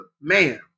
man